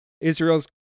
Israel's